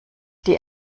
die